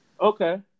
Okay